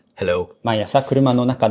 Hello